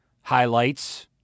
highlights